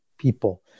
people